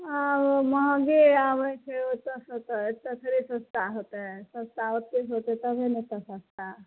आ ओ महगे आबै छै ओतऽसँ तऽ एत्तऽ थोड़े सस्ता होयतै सस्ता ओत्तै होयतै तबे ने एतऽ सस्ता